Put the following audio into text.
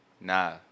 Nah